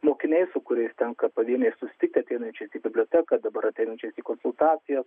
mokiniai su kuriais tenka pavieniai susitikti einančiais į biblioteką dabar ateinančiais į konsultacijas